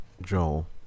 Joel